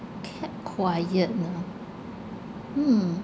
kept quiet ah mm